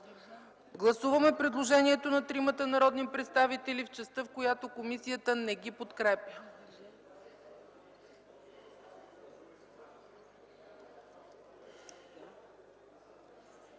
Гласуваме предложението на тримата народни представители в частта, в която комисията не го подкрепя.